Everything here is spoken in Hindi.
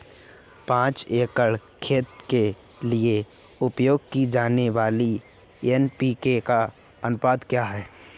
पाँच एकड़ खेत के लिए उपयोग की जाने वाली एन.पी.के का अनुपात क्या है?